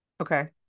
Okay